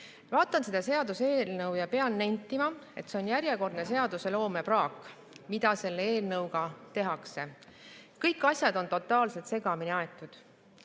Vaatan seda seaduseelnõu ja pean nentima, et see on järjekordne seadusloome praak, mida selle eelnõuga tehakse. Kõik asjad on totaalselt segamini aetud.